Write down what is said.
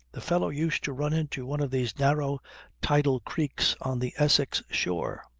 the fellow used to run into one of these narrow tidal creeks on the essex shore.